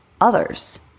others